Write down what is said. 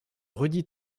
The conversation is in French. rudy